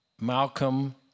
Malcolm